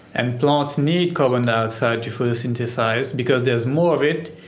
and plants need carbon dioxide to photosynthesise, because there is more of it,